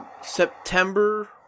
September